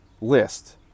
list